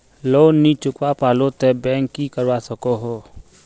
Loan नी चुकवा पालो ते बैंक की करवा सकोहो?